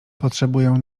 potrzebuję